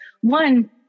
one